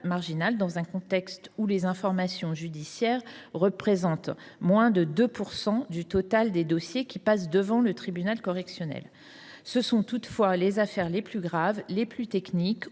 dans un contexte où les informations judiciaires représentent moins de 2 % du total des dossiers qui passent devant le tribunal correctionnel. Ce sont toutefois les affaires les plus graves, les plus techniques ou